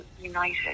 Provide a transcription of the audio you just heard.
united